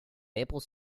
maple